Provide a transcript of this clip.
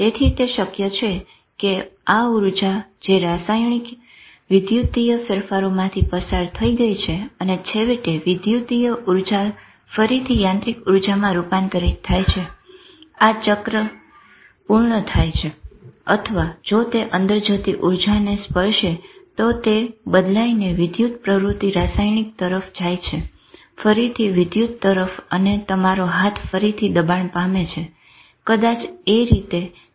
તેથી તે શક્ય છે કે આ ઉર્જા જે રસાયણિક વિદ્યુતીય ફેરફારોમાંથી પસાર થઇ ગઈ છે અને છેવટે વિદ્યુતીય ઉર્જા ફરીથી યાંત્રિક ઉર્જામાં રૂપાંતરિત થાય છે આ ઉર્જા ચક્ર પૂર્ણ થાય છે અથવા જો તે અંદર જતી ઉર્જાને સ્પર્શે તો તે બદલાયને વિદ્યુત પ્રવૃત્તિ રસાયણિક તરફ જાય છે ફરીથી વિદ્યુત તરફ અને તમારો હાથ ફરીથી દબાણ પામે છે કદાચ એ રીતે ચક્ર પૂર્ણ થાય છે